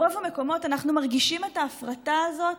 ברוב המקומות אנחנו מרגישים את ההפרטה הזאת